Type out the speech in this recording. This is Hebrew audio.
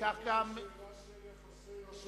זו פשוט השאלה של יחסי הרשות